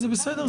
וזה בסדר,